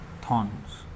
thorns